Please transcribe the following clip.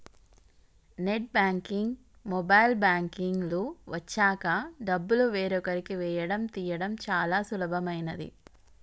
net banking, mobile banking లు వచ్చాక డబ్బులు వేరొకరికి వేయడం తీయడం చాలా సులభమైనది